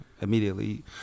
immediately